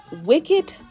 wicked